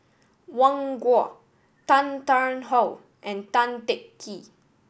Wang Gung Tan Tarn How and Tan Teng Kee